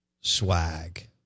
swag